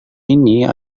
ini